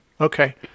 Okay